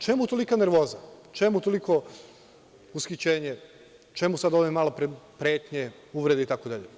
Čemu tolika nervoza, čemu toliko ushićenje, čemu ove malopre pretnje, uvrede itd?